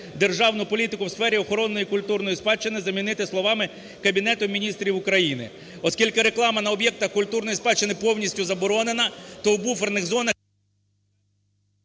державну політику у сфері охорони культурної спадщини" замінити словами "Кабінетом Міністрів України". Оскільки реклама на об'єктах культурної спадщини повністю заборонена, то у буферних зонах….